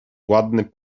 ładny